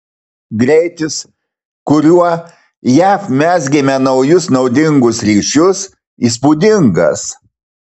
greitis kuriuo jav mezgėme naujus naudingus ryšius įspūdingas